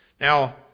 Now